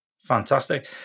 Fantastic